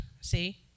see